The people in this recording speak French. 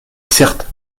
certes